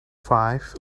five